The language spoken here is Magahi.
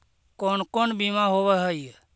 कोन कोन बिमा होवय है?